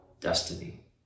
destiny